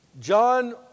John